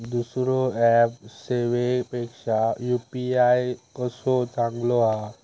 दुसरो ऍप सेवेपेक्षा यू.पी.आय कसो चांगलो हा?